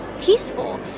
peaceful